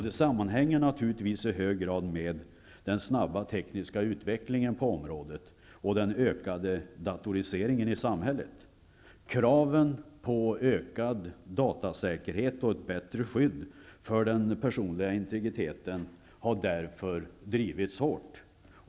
Det sammanhänger naturligtvis i hög grad med den snabba tekniska utvecklingen på området och den ökade datoriseringen i samhället. Kraven på ökad datasäkerhet och ett bättre skydd för den personliga integriteten har därför drivits hårt.